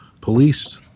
police